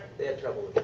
they had trouble with it.